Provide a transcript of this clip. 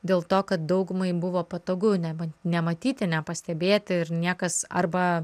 dėl to kad daugumai buvo patogu ne nematyti nepastebėti ir niekas arba